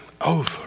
over